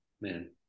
man